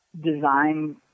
design